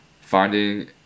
finding